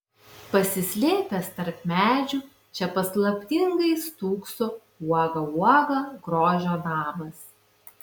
pasislėpęs tarp medžių čia paslaptingai stūkso uoga uoga grožio namas